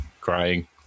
crying